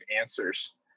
answers